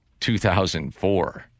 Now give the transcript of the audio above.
2004